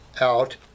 out